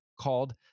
called